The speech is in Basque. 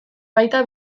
baita